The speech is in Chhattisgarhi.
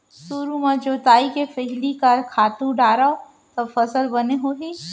सुरु म जोताई के पहिली का खातू डारव त फसल बने होही?